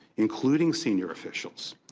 including senior officials,